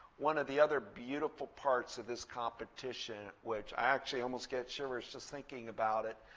one of the other beautiful parts of this competition, which i actually almost gets shivers just thinking about it,